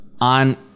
on